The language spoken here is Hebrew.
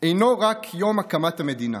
אינו רק יום הקמת המדינה,